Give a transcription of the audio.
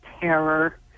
terror